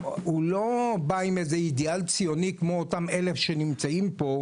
הוא לא בא עם איזה אידאל ציוני כמו אלה שנמצאים פה,